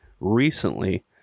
recently